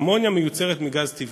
אמוניה מיוצרת מגז טבעי.